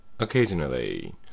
Occasionally